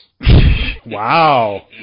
Wow